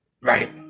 Right